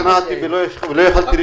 שמעתי ולא יכולתי לישון.